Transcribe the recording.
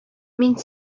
мин